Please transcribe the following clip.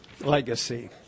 legacy